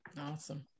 Awesome